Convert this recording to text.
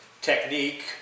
technique